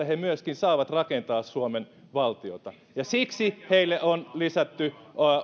he myöskin saavat rakentaa suomen valtiota ja siksi heille on lisätty